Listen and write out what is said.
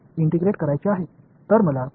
எனவே நான் குவாடுரேசா் விதியை மாற்ற வேண்டுமா